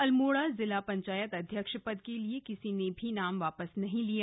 अल्मोड़ा जिला पंचायत अध्यक्ष पद के लिए किसी ने नाम वापस नहीं लिया